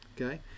okay